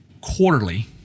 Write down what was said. quarterly